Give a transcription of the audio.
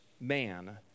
Man